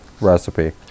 recipe